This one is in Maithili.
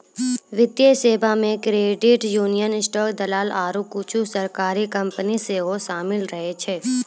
वित्तीय सेबा मे क्रेडिट यूनियन, स्टॉक दलाल आरु कुछु सरकारी कंपनी सेहो शामिल रहै छै